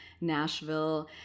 Nashville